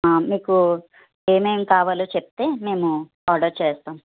మీకు ఏమేమి కావాలో చెప్తే మేము ఆర్డర్ చేస్తాం